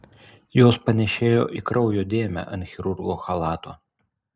jos panėšėjo į kraujo dėmę ant chirurgo chalato